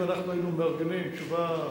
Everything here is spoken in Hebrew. אם אנחנו היינו מארגנים תשובה,